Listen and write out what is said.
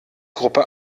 gruppe